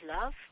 love